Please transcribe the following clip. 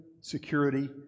security